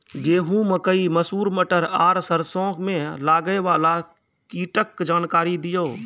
गेहूँ, मकई, मसूर, मटर आर सरसों मे लागै वाला कीटक जानकरी दियो?